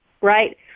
right